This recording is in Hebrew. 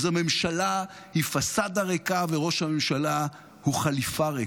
אז הממשלה היא פסאדה ריקה וראש הממשלה הוא חליפה ריקה.